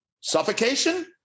Suffocation